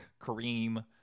Kareem